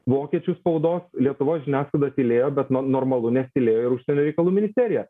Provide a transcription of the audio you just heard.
vokiečių spaudos lietuvos žiniasklaida tylėjo bet na normalu nes tylėjo ir užsienio reikalų ministerija